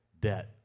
debt